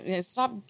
stop